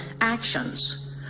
actions